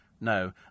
No